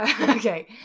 Okay